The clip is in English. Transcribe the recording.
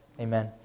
Amen